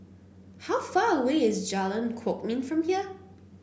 how far away is Jalan Kwok Min from here